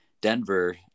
Denver